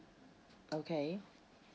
okay